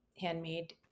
handmade